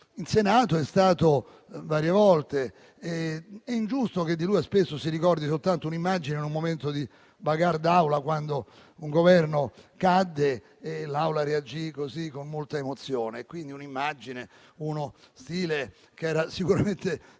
In Senato è stato varie volte ed è ingiusto che di lui spesso si ricordi soltanto un'immagine, in un momento di *bagarre* d'Aula, quando un Governo cadde e l'Assemblea reagì con molta emozione. Un'immagine ed uno stile che erano sicuramente di